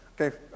Okay